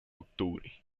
octubre